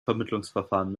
vermittlungsverfahren